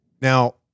Now